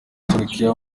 turkiya